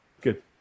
Good